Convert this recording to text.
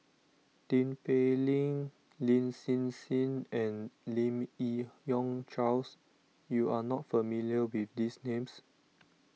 Tin Pei Ling Lin Hsin Hsin and Lim Yi Yong Charles you are not familiar with these names